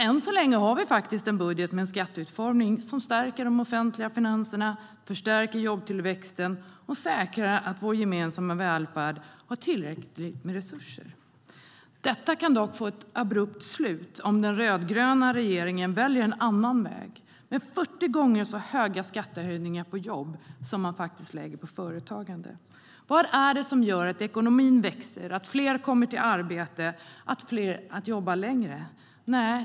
Än så länge har vi en budget med en skatteutformning som stärker de offentliga finanserna, förstärker jobbtillväxten och säkrar att vår gemensamma välfärd har tillräckligt med resurser. Detta kan dock få ett abrupt slut om den rödgröna regeringen väljer en annan väg med 40 gånger så höga skattehöjningar på jobb som man faktiskt lägger på företagande. Vad är det som gör att ekonomin växer, att fler kommer i arbete och att fler jobbar längre?